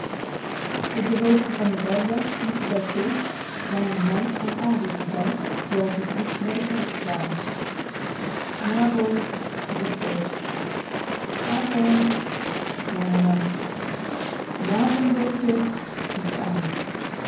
op de hoogte van de herberg liepen zij kees lange hein en an voorbij die uit de kroeg bij de kerk kwamen n avond riep kees avond lange hein n avond botje